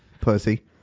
Pussy